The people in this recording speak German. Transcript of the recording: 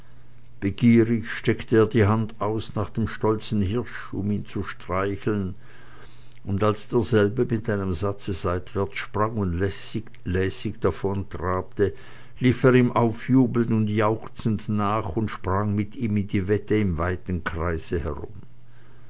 begierig streckte er die hand aus nach dem stolzen hirsch um ihn zu streicheln und als derselbe mit einem satze seitwärts sprang und lässig davontrabte lief er ihm aufjubelnd und jauchzend nach und sprang mit ihm in die wette im weiten kreise herum